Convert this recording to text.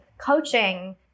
coaching